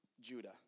Judah